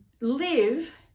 live